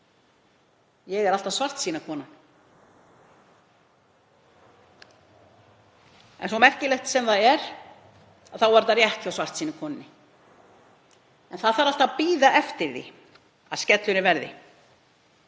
Ég er alltaf svartsýna konan. En svo merkilegt sem það er þá var þetta rétt hjá svartsýnu konunni, en það þarf alltaf að bíða eftir því að skellurinn komi.